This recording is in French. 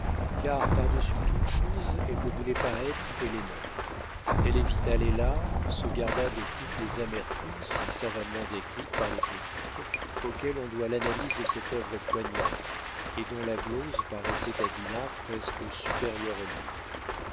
car par-dessus toutes choses elle ne voulait pas être ellénore elle évita les larmes se garda de toutes les amertumes si savamment décrites par le critique auquel on doit l'analyse de cette œuvre poignante et dont la glose paraissait à dinah presque supérieure au livre